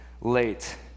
late